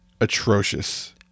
atrocious